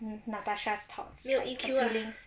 natasha's thoughts and feelings